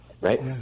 right